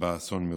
באסון מירון.